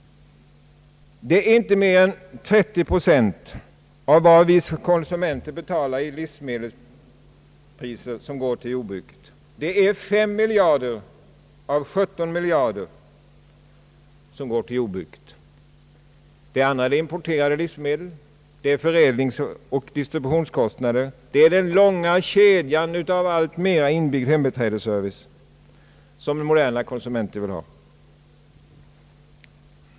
Inte mer än 30 procent av vad vi konsumenter betalar i livsmedelspriser går till jordbruket. Det är 5 miljarder av 17 miljarder kronor som går till jordbruket. Resterande utgörs av importerade livsmedel, förädlingsoch distributionskostnader, den långa kedja av alltmer inbyggd hembiträdesservice som moderna konsumenter vill ha.